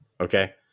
Okay